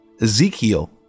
Ezekiel